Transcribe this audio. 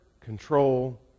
control